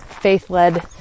faith-led